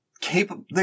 capable